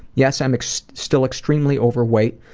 yes, i'm still extremely overweight,